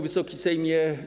Wysoki Sejmie!